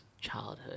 childhood